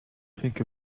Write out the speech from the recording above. think